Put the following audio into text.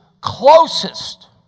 closest